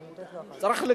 ועתניאל שנלר.